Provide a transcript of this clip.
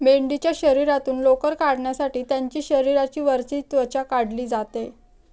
मेंढीच्या शरीरातून लोकर काढण्यासाठी त्यांची शरीराची वरची त्वचा काढली जाते